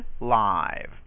live